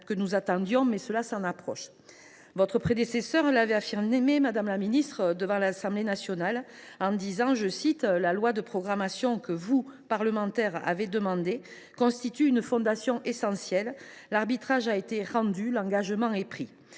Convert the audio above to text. que nous attendions. Mais cela s’en approche. Votre prédécesseur l’avait affirmé, madame la ministre, devant l’Assemblée nationale :« La loi de programmation que vous, parlementaires, avez demandée […] constitue une fondation essentielle. […] [L]’arbitrage a été rendu, l’engagement est pris. »